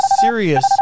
serious